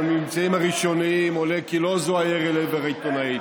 מהממצאים הראשוניים עולה כי לא זוהה ירי לעבר העיתונאית.